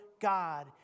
God